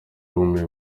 bumiwe